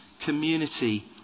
community